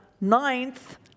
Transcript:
ninth